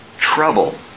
trouble